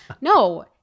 No